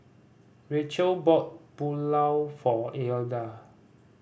Rachael bought Pulao for Ilda